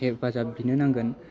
हेफाजाब बिनो नांगोन